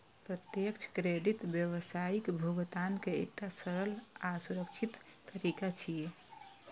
प्रत्यक्ष क्रेडिट व्यावसायिक भुगतान के एकटा सरल आ सुरक्षित तरीका छियै